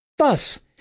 Thus